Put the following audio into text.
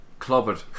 clobbered